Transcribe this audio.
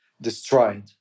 destroyed